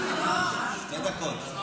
תודה רבה.